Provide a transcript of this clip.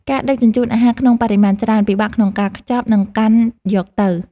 ការដឹកជញ្ជូនអាហារក្នុងបរិមាណច្រើន ពិបាកក្នុងការខ្ចប់ និងកាន់យកទៅ។